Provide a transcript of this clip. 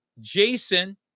Jason